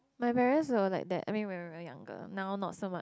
my parents will like that I mean when we were younger now not so much